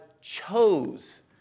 chose